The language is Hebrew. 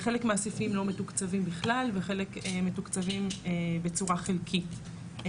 חלק מהסעיפים לא מתוקצבים בכלל וחלק מוקצבים בצורה חלקית,